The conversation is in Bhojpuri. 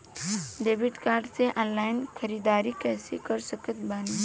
डेबिट कार्ड से ऑनलाइन ख़रीदारी कैसे कर सकत बानी?